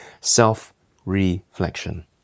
self-reflection